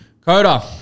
Coda